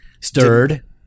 Stirred